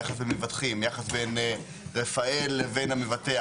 יחס למבטחים, יחס בין רפאל לבין המבטח.